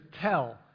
tell